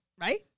right